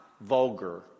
vulgar